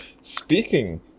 speaking